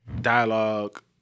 dialogue